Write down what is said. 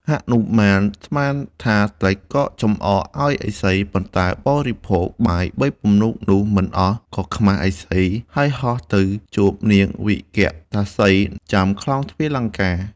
ហនុមានស្មានថាតិចក៏ចំអកឱ្យឥសី ប៉ុន្តែបរិភោគបាយបីដុំនោះមិន អស់ក៏ខ្មាស់ឥសី ហើយហោះទៅជួបនាងវិកតាសី ចាំក្លោងទ្វារលង្កា។